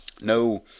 no